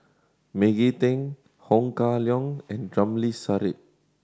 Maggie Teng Ho Kah Leong and Ramli Sarip